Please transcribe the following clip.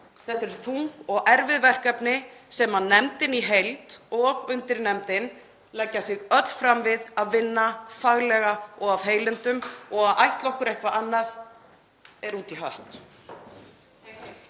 Þetta eru þung og erfið verkefni sem nefndin í heild og undirnefndin, öll þar leggja sig fram við að vinna faglega og af heilindum og að ætla okkur eitthvað annað er út í hött.